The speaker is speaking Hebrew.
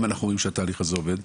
אם אנחנו רואים שהדבר הזה עובד.